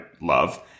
love